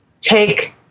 take